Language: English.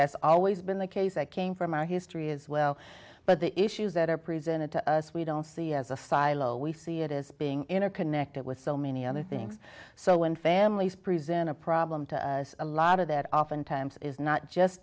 that's always been the case that came from our history as well but the issues that are presented to us we don't see as a silo we see it as being interconnected with so many other things so when families present a problem to a lot of that oftentimes is not just